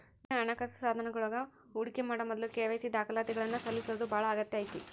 ವಿವಿಧ ಹಣಕಾಸ ಸಾಧನಗಳೊಳಗ ಹೂಡಿಕಿ ಮಾಡೊ ಮೊದ್ಲ ಕೆ.ವಾಯ್.ಸಿ ದಾಖಲಾತಿಗಳನ್ನ ಸಲ್ಲಿಸೋದ ಬಾಳ ಅಗತ್ಯ ಐತಿ